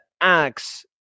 acts